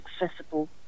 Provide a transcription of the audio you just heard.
accessible